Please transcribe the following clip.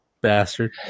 bastard